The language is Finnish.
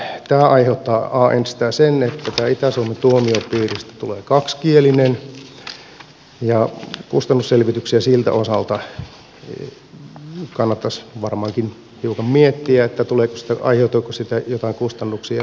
tämä aiheuttaa ensinnäkin sen että tästä itä suomen tuomiopiiristä tulee kaksikielinen ja kustannusselvityksiä siltä osalta kannattaisi varmaankin hiukan miettiä aiheutuuko siitä jotain kustannuksia